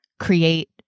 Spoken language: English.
create